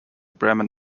bremen